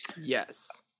Yes